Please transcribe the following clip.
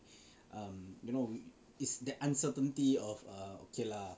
um you know it's the uncertainty of err okay lah